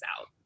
out